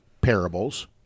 parables